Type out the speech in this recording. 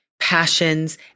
passions